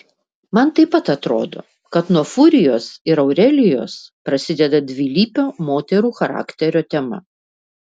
man taip pat atrodo kad nuo furijos ir aurelijos prasideda dvilypio moterų charakterio tema